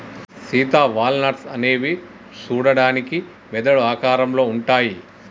Sita walnuts అనేవి సూడడానికి మెదడు ఆకారంలో ఉంటాయి